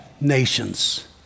nations